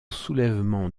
soulèvement